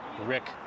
Rick